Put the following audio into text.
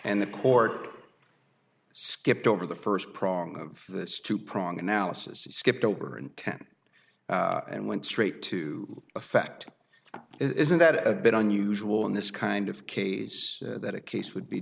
and the court skipped over the first prong of this two prong analysis skipped over in ten and went straight to effect isn't that a bit unusual in this kind of case that a case would be